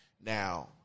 Now